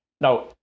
Now